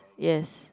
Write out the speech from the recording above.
yes